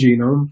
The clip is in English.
genome